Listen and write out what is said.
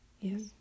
Yes